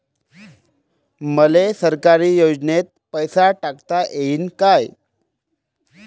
मले सरकारी योजतेन पैसा टाकता येईन काय?